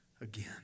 again